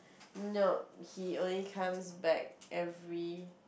no he only comes back every